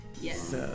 Yes